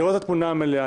לראות את התמונה המלאה.